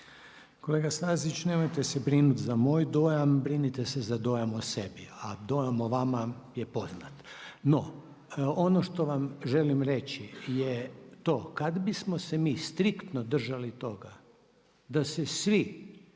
Kolega Stazić, nemojte se brinuti za moj dojam, brinite se za dojam o sebi. A dojam o vama je poznat. No, ono što vam želim reći je to kada bismo se mi striktno držali toga da se svi